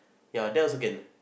ya that also can